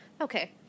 Okay